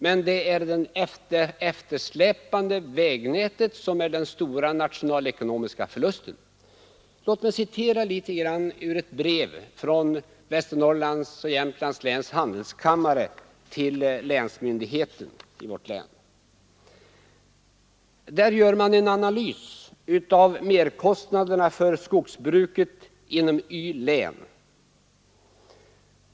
Det är i stället det eftersläpande vägnätet som är den stora nationalekonomiska förlusten. Låt mig referera ett brev från Västernorrlands och Jämtlands läns handelskammare till länsmyndigheten i vårt län. Där gör man en analys av merkostnaderna för skogsbruket inom Y-län.